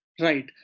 Right